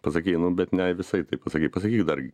pasakei nu bet ne visai taip pasakei pasakyk dar